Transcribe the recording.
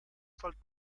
sollen